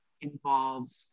involves